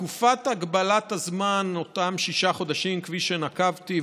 תקופת הגבלת הזמן, אותם שישה חודשים, כפי שנקבתי.